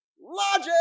logic